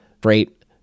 great